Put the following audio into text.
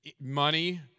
money